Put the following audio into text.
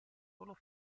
solo